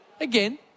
again